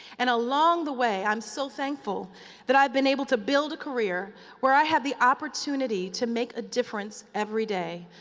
and along the way, i'm so thankful that i've been able to build a career where i have the opportunity to make a difference every day.